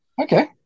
Okay